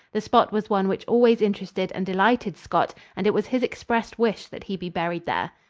the spot was one which always interested and delighted scott and it was his expressed wish that he be buried there.